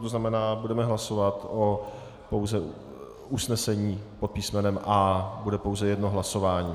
To znamená, budeme hlasovat pouze o usnesení pod písmenem A. Bude pouze jedno hlasování.